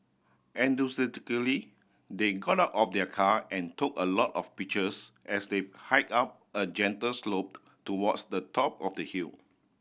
they got out of their car and took a lot of pictures as they hike up a gentle slope towards the top of the hill